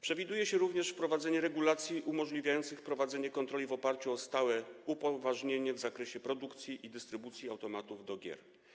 Przewiduje się również wprowadzenie regulacji umożliwiających prowadzenie kontroli w oparciu o stałe upoważnienie w zakresie produkcji i dystrybucji automatów do gier.